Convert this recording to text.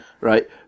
right